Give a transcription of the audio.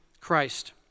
Christ